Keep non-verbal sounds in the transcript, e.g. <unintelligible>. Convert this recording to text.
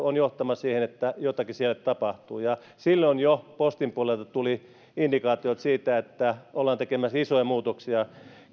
<unintelligible> on johtamassa siihen että jotakin siellä tapahtuu ja silloin jo postin puolelta tuli indikaatioita siitä että ollaan tekemässä isoja muutoksia